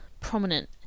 prominent